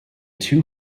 two